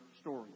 story